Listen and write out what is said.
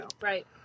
Right